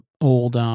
old